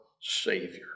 Savior